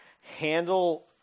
handle